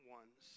ones